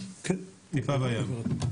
טיפה בים.